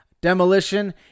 demolition